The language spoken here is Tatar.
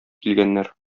килгәннәр